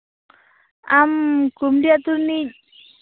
ᱟᱢ ᱠᱩᱢᱰᱤ ᱟᱹᱛᱩ ᱨᱤᱱᱤᱡ